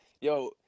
Yo